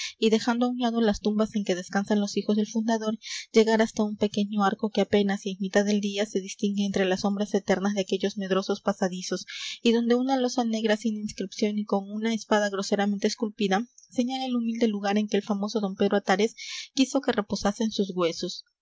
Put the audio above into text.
y dejando á un lado las tumbas en que descansan los hijos del fundador llegar hasta un pequeño arco que apenas si en mitad del día se distingue entre las sombras eternas de aquellos medrosos pasadizos y donde una losa negra sin inscripción y con una espada groseramente esculpida señala el humilde lugar en que el famoso don pedro atares quiso que reposasen sus huesos